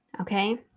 Okay